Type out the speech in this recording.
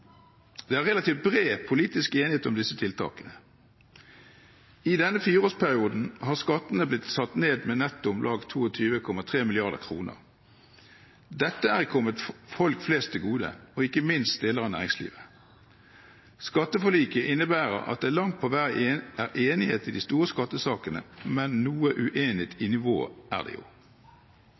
Det er relativt bred politisk enighet om disse tiltakene. I denne fireårsperioden har skattene blitt satt ned med netto om lag 22,3 mrd. kr. Dette er kommet folk flest og ikke minst deler av næringslivet til gode. Skatteforliket innebærer at det langt på vei er enighet i de store skattesakene, men noe uenighet om nivå er det jo.